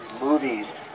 movies